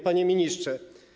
Panie Ministrze!